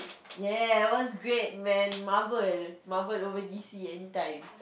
ya was great man marvel marvel over D C anytime